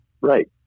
Right